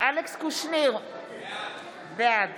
אלכס קושניר, בעד